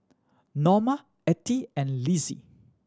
Norma Attie and Lizzie